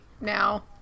now